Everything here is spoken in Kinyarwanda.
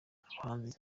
abahanzi